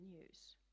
news